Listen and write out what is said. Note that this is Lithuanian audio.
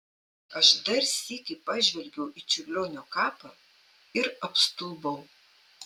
aš dar sykį pažvelgiau į čiurlionio kapą ir apstulbau